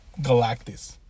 Galactus